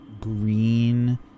green